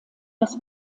das